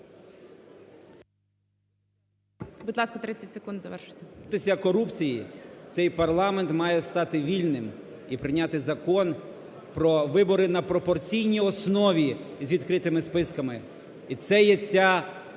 Будь ласка, 30 секунд, завершуйте.